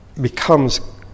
Becomes